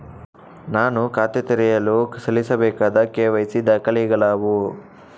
ನಾನು ಖಾತೆ ತೆರೆಯಲು ಸಲ್ಲಿಸಬೇಕಾದ ಕೆ.ವೈ.ಸಿ ದಾಖಲೆಗಳಾವವು?